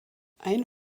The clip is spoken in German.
ein